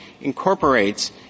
incorporates